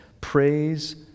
praise